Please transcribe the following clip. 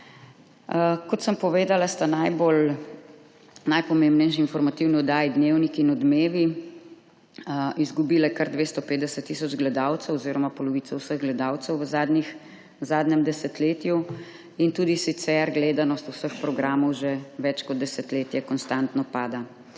Kot sem povedala, sta najpomembnejši informativni oddaji Dnevnik in Odmevi izgubili kar 250 tisoč gledalcev oziroma polovico vseh gledalcev v zadnjem desetletju, tudi sicer gledanost vseh programov že več kot desetletje konstantno pada,